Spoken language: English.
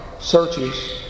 searches